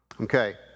okay